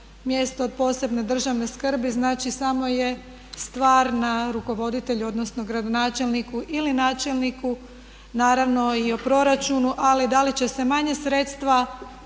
mjesto od posebne državne skrbi, znači samo je stvar na rukovoditelj, odnosno gradonačelniku ili načelniku i naravno i o proračunu ali da li će se manja sredstva usmjeriti